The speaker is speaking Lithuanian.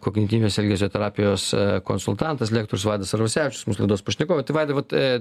kognityvinės elgesio terapijos konsultantas lektorius vaidas arvasevičius mūsų laidos pašnekovai tai vaidai vat